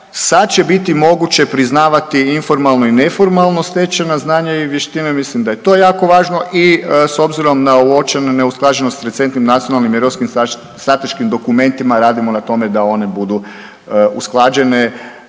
Sad će biti moguće priznavati informalno i neformalno stečena znanja i vještine, mislim da je to jako važno i s obzirom na uočene neusklađenosti s recentnim nacionalnim i europskim strateškim dokumentima radimo na tome da one budu usklađene.